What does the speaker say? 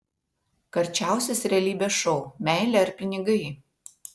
karčiausias realybės šou meilė ar pinigai